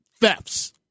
thefts